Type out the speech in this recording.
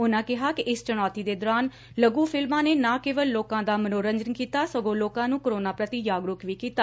ਉਨਾਂ ਕਿਹਾ ਕਿ ਇਸ ਚੁਣੌਤੀ ਦੇ ਦੌਰਾਨ ਲਘੁ ਫਿਲਮਾਂ ਨੇ ਨਾ ਕੇਵਲ ਲੋਕਾਂ ਦਾ ਮਨੌਰੰਜਨ ਕੀਤਾ ਸਗੋ ਲੋਕਾ ਨੂੰ ਕੋਰੋਨਾ ਪ੍ਰਤੀ ਜਾਗਰੂਕ ਵੀ ਕੀਤਾ